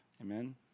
Amen